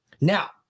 Now